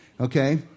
Okay